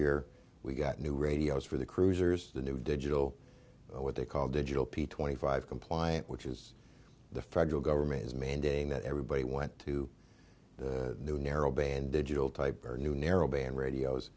year we got new radios for the cruisers the new digital what they call digital p twenty five compliant which is the federal government is mandating that everybody went to the new narrowband digital typer new narrowband radios